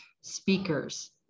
speakers